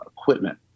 equipment